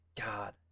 God